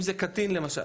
אם זה קטין למשל.